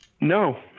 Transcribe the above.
No